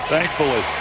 Thankfully